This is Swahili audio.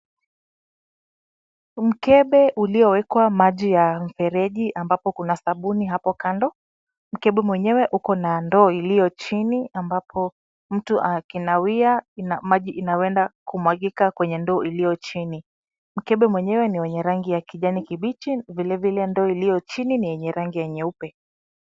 Mkebe uliowekwa maji ya mfereji ambapo kuna sabuni hapo kando. Mkebe mwenyewe uko na ndoo iliyo chini ambapo mtu akinawia maji inaweza kumwagika kwenye ndoo iliyo chini. Mkebe mwenyewe ni mwenye rangi ya kijani kibichi vile vile ndoo iliyo chini ni yenye rangi ya nyeupe.